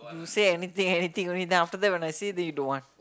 you say anything anything only then after that when I say you don't want